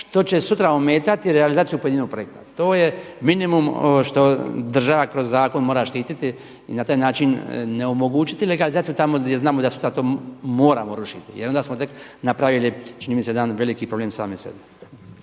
što će sutra ometati realizaciju pojedinog projekta. To je minimum što država kroz zakon mora štititi i na taj način ne omogućiti legalizaciju tamo gdje znamo da moramo rušiti jer onda smo tek napravili čini mi se jedan veliki problem sami sebi.